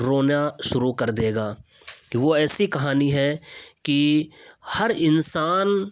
رونا شروع کر دے گا کہ وہ ایسی کہانی ہے کہ ہر انسان